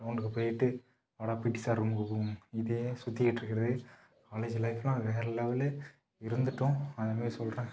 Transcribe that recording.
க்ரௌண்டுக்கு போயிட்டு வாடா PT sir ரூமுக்கு போவோம் இதே சுத்திக்கிட்டு இருக்கிறது காலேஜு லைஃப்லாம் வேற லெவலு இருந்துட்டோம் அதை மாரி சொல்கிறேன்